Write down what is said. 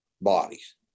bodies